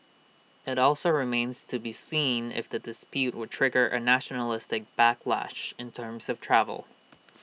IT also remains to be seen if the dispute would trigger A nationalistic backlash in terms of travel